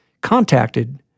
contacted